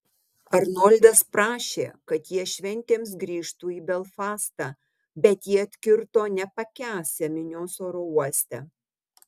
arnoldas prašė kad jie šventėms grįžtų į belfastą bet jie atkirto nepakęsią minios oro uoste